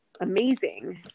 amazing